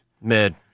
Mid